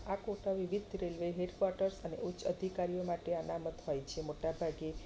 આ કોટા વિવિધ railway head quarters અને ઉચ્ચ અધિકારીઓ માટે અનામત હોય છે મોટા ભાગે